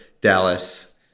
Dallas